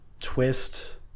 twist